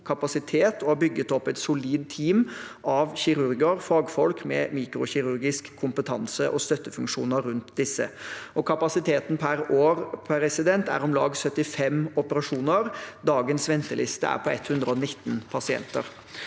og har bygget opp et solid team av kirurger, fagfolk, med mikrokirurgisk kompetanse og støttefunksjoner rundt disse. Kapasiteten per år er om lag 75 operasjoner. Dagens venteliste er på 119 pasienter.